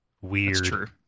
weird